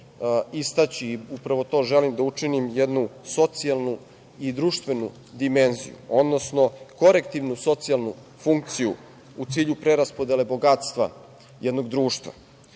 istaći i upravo to želim da učinim, jednu socijalnu i društvenu dimenziju, odnosno korektivnu socijalnu funkciju u cilju preraspodele bogatstva jednog